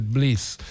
Bliss